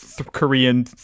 korean